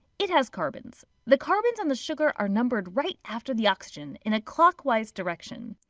it has carbons. the carbons on the sugar are numbered right after the oxygen in a clockwise direction.